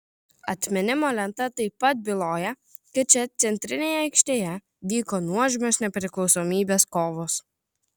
atminimo lenta taip pat byloja kad čia centrinėje aikštėje vyko nuožmios nepriklausomybės kovos